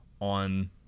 on